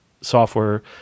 software